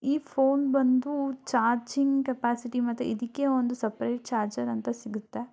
ಈ ಫೋನ್ ಬಂದು charging capacity ಮತ್ತು ಇದಕ್ಕೇ ಒಂದು ಸಪ್ರೇಟ್ ಚಾರ್ಜರ್ ಅಂತ ಸಿಗುತ್ತೆ